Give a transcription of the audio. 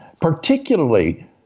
particularly